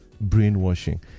brainwashing